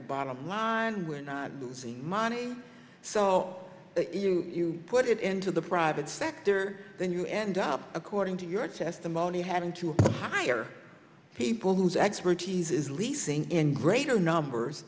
the bottom line we're not losing money so if you put it into the private sector then you end up according to your testimony having to hire people whose expertise is leasing in greater numbers